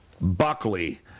Buckley